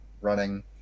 running